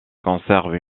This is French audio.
conserve